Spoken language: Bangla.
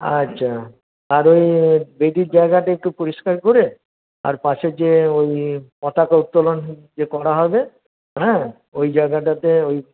আচ্ছা আর এ বেদীর জায়গাটা একটু পরিষ্কার করে আর পাশে যে ওই পতাকা উত্তোলন যে করা হবে হ্যাঁ ওই জায়গাটাতে ওই